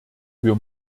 wir